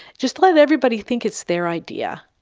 just let everybody think it's their idea,